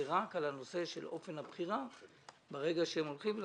זה רק על הנושא של אופן הבחירה ברגע שהם הולכים.